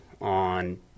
on